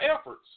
efforts